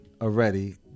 already